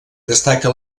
destaca